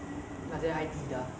很久没有跟他沟通